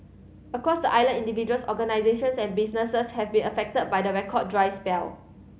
across the island individuals organisations and businesses have been affected by the record dry spell